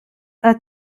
are